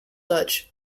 dutch